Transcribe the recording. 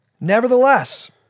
Nevertheless